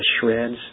shreds